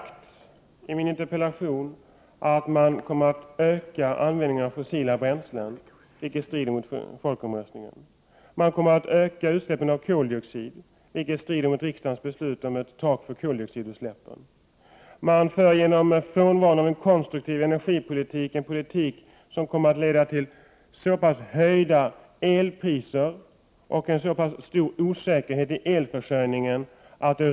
I min interpellation har jag sagt att man kommer att öka användningen av fossila bränslen, vilket strider mot folkomröstningsresultatet, och att man kommer att öka utsläppen av koldioxid, vilket strider mot riksdagens beslut om ett tak för koldioxidutsläppen. Genom frånvaron av en konstruktiv energipolitik för man en politik som kommer att leda till höjda elpriser och stor osäkerhet i elförsörjningen.